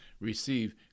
receive